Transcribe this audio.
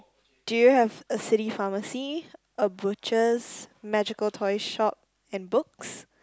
do you have a city pharmacy a butchers magical toy shop and books